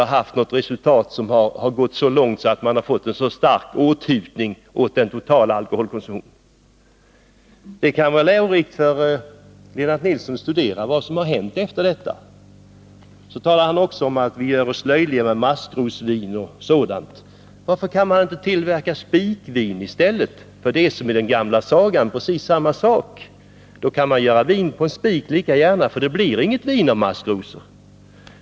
Jag kan inte minnas att vi någonsin har haft en så stor minskning av den totala alkoholkonsumtionen. Det kan vara lärorikt för Lennart Nilsson att studera vad som har hänt efter detta. Så talar Lennart Nilsson om att vi gör oss löjliga med maskrosvin och sådant. Varför kan man inte tillverka spikvin i stället? Det är, som i den gamla sagan, precis samma sak. Man kan göra vin på en spik lika gärna, för det blir inget vin av maskrosor.